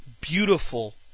beautiful